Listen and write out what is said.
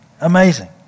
amazing